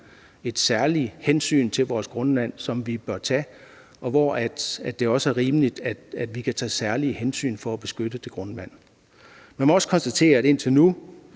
et særligt hensyn at tage til vores grundvand, og derfor er det også rimeligt, at vi kan tage særlige hensyn for at beskytte det grundvand. Kl. 18:55 Man må også konstatere, at det indtil nu